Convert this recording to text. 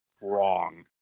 wrong